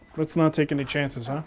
let's not take any chances. ah